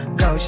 go